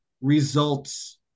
results